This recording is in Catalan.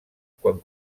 quan